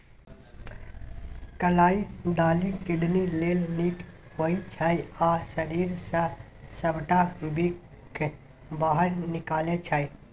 कलाइ दालि किडनी लेल नीक होइ छै आ शरीर सँ सबटा बिख बाहर निकालै छै